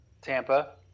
Tampa